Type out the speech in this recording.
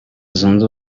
zunze